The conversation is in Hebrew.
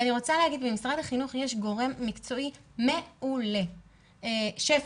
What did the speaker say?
במשרד החינוך יש גורם מקצועי מעולה, שפ"י,